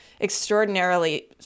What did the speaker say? extraordinarily